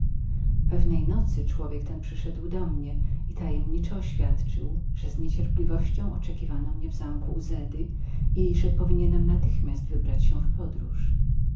pewnej nocy człowiek ten przyszedł do mnie i tajemniczo oświadczył że z niecierpliwością oczekiwano mnie w zamku uzedy i że powinienem był natychmiast wybrać się w podróż